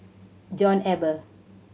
John Eber